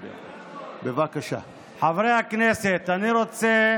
חברי הכנסת, אני רוצה